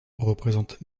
représentent